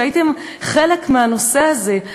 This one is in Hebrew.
שהייתם חלק מהנושא הזה?